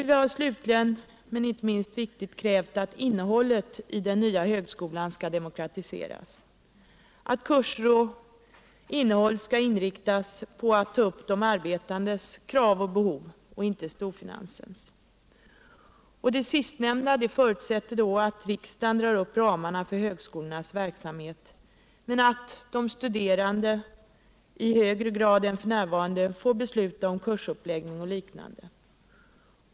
Vi har slutligen —- men det är inte minst viktigt — krävt att innehållet i den nya högskolan skall demokratiseras, att kurserna och deras innehåll skall inriktas på att ta upp de arbetandes krav och behov och inte storfinansens. Det sistnämnda förutsätter att riksdagen drar upp ramarna för högskolornas Nr 150 verksamhet, men att de studerande i högre grad än f.n. får besluta om Onsdagen den kursuppläggning och liknande.